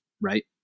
right